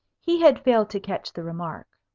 he had failed to catch the remark.